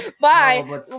Bye